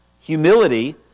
humility